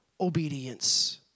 obedience